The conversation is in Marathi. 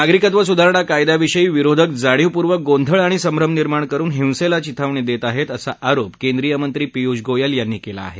नागरिकत्व सुधारणा कायद्याविषयी विरोधक जाणिवपूर्वक गोंधळ आणि संभ्रम निर्माण करून हिंसेला चिथावणी देत आहेत असा आरोप केंद्रीय मंत्री पियुष गोयल यांनी केला आहे